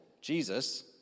Jesus